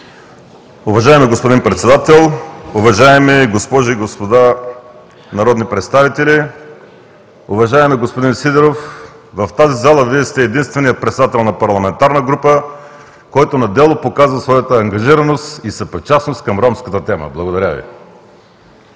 Уважаеми господин Председател, уважаеми госпожи и господа народни представители! Уважаеми господин Сидеров, в тази зала Вие сте единственият председател на парламентарна група, който на дело показа своята ангажираност и съпричастност към ромската тема. Благодаря Ви.